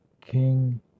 king